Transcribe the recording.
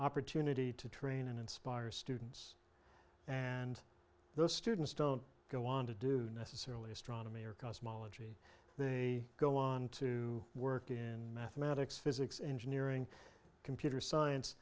opportunity to train and inspire students and those students don't go on to do necessarily astronomy or cosmology they go on to work in mathematics physics engineering computer science